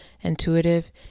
intuitive